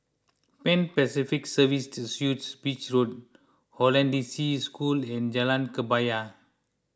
Pan Pacific Serviced Suites Beach Road Hollandse School and Jalan Kebaya